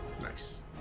Nice